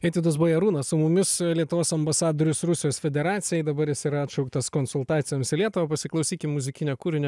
eitvydas bajarūnas su mumis lietuvos ambasadorius rusijos federacijai dabar jis yra atšauktas konsultacijoms į lietuvą pasiklausykim muzikinio kūrinio